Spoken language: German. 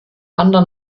anderen